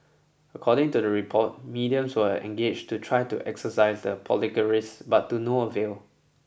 according to the report mediums were engaged to try to exorcise the poltergeists but to no avail